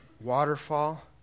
waterfall